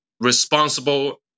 responsible